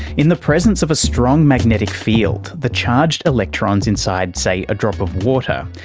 in the presence of a strong magnetic field, the charged electrons inside, say, a drop of water,